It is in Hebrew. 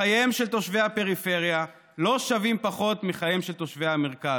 חייהם של תושבי הפריפריה לא שווים פחות מחייהם של תושבי המרכז.